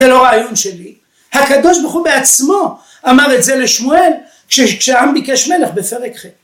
זה לא רעיון שלי, הקדוש ברוך הוא בעצמו אמר את זה לשמואל כשהעם ביקש מלך בפרק ח'.